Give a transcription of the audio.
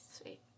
sweet